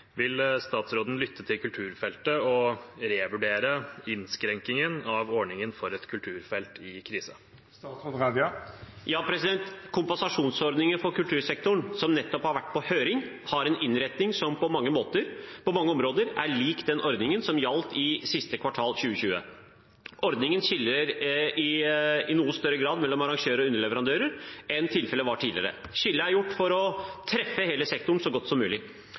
Vil statsråden lytte til kulturfeltet og revurdere innskrenkningen av ordningen for et kulturfelt i krise?» Kompensasjonsordningen for kultursektoren som nettopp har vært på høring, har en innretning som på mange områder er lik den ordningen som gjaldt i siste kvartal i 2020. Ordningen skiller i noe større grad mellom arrangører og underleverandører enn tilfellet var tidligere. Skillet er gjort for å treffe hele sektoren så godt som mulig.